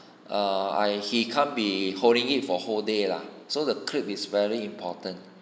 err I he can't be holding it for whole day lah so the clip is very important